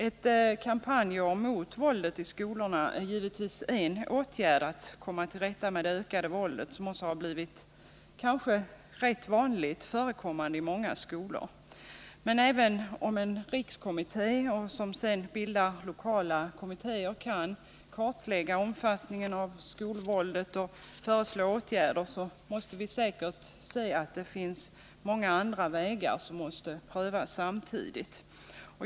Ett kampanjår mot våldet i skolorna är givetvis en åtgärd för att komma till rätta med det ökande våldet, det våld som också har blivit rätt vanligt förekommande i många skolor. Men även om en rikskommitté, som sedan bildar lokala kommittéer, kan kartlägga omfattningen av skolvåldet och föreslå åtgärder måste säkerligen många andra vägar prövas samtidigt.